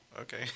Okay